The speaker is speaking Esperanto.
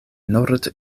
nord